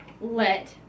let